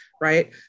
right